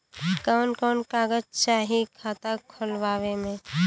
कवन कवन कागज चाही खाता खोलवावे मै?